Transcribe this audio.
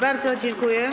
Bardzo dziękuję.